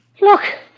Look